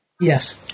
Yes